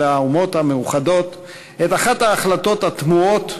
האומות המאוחדות את אחת ההחלטות התמוהות,